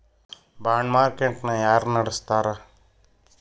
Bond market ನ ಯಾರ್ನಡ್ಸ್ತಾರ?